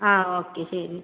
ആ ഓക്കെ ശരി